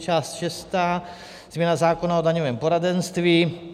Část šestá změna zákona o daňovém poradenství.